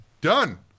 Done